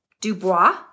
Dubois